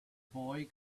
boy